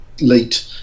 late